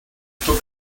took